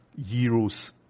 euros